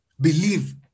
Believe